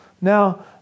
Now